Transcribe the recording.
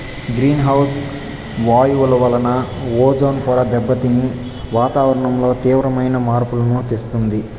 green house వాయువుల వలన ozone పొర దెబ్బతిని వాతావరణంలో తీవ్రమైన మార్పులను తెస్తుంది